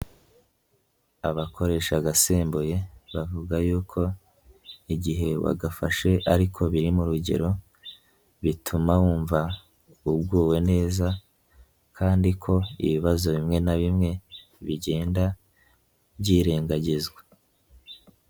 Abakoresha agasembuye bavuga y'uko igihe wagafashe ariko biri mu rugero, bituma wumva uguwe neza, kandi ko ibibazo bimwe na bimwe bigenda byirengagizwa.